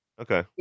okay